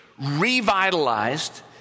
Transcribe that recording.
revitalized